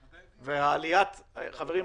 חברים,